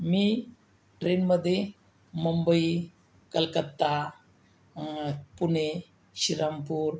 मी ट्रेनमध्ये मुंबई कलकत्ता पुणे श्रीरामपूर